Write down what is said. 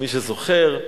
מי שזוכר,